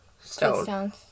stone